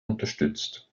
unterstützt